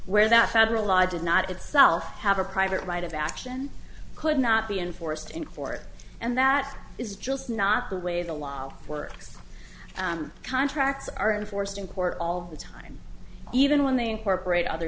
where that federal law did not itself have a private right of action could not be enforced in court and that is just not the way the law works contracts are enforced in court all the time even when they incorporate other